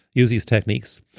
use these techniques.